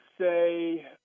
say